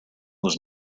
was